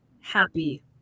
happy